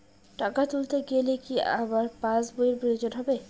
টাকা তুলতে গেলে কি আমার পাশ বইয়ের প্রয়োজন হবে?